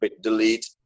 delete